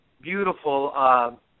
beautiful